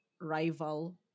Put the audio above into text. rival